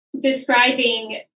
describing